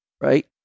right